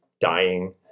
dying